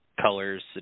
colors